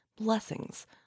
Blessings